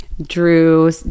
Drew